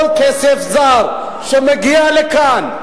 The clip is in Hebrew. כל כסף זר שמגיע לכאן,